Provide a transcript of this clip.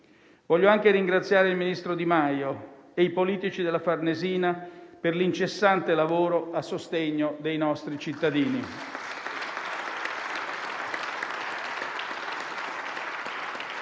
Voglio anche ringraziare il ministro Di Maio e i tecnici della Farnesina per l'incessante lavoro a sostegno dei nostri cittadini.